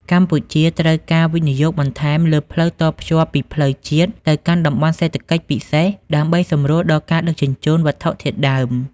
កម្ពុជាត្រូវការវិនិយោគបន្ថែមលើផ្លូវតភ្ជាប់ពីផ្លូវជាតិ ទៅកាន់តំបន់សេដ្ឋកិច្ចពិសេស ដើម្បីសម្រួលដល់ការដឹកជញ្ជូនវត្ថុធាតុដើម។